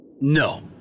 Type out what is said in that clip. No